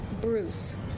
Bruce